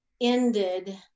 ended